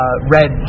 red